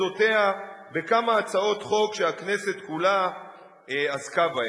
בוא ניזכר בעמדותיה בכמה הצעות חוק שהכנסת כולה עסקה בהן.